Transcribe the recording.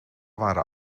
waren